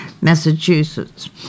Massachusetts